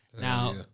Now